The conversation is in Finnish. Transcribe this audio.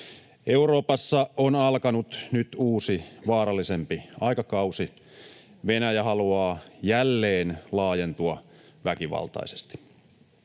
Euroopassa on alkanut nyt uusi, vaarallisempi aikakausi. Venäjä haluaa jälleen laajentua väkivaltaisesti.